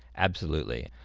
absolutely.